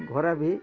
ଘରେ ଭି